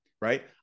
right